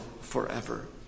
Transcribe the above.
forever